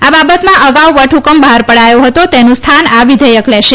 આ બાબતમાં અગાઉ વટહ્કમ બહાર પડાથો હતો તેનું સ્થાન આ વિધેયક લેશે